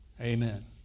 Amen